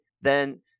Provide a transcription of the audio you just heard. then-